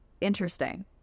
Interesting